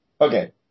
Okay